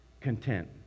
content